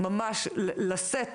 לשאת